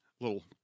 Little